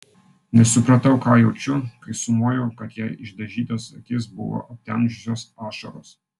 nesupratau ką jaučiu kai sumojau kad jai išdažytas akis buvo aptemdžiusios ašaros